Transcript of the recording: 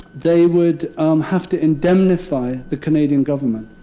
they would have to indemnify the canadian government.